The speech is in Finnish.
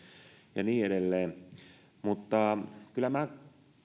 ja niin edelleen mutta kyllä minä